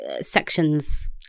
sections